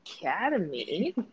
Academy